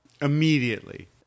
immediately